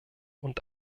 und